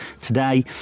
today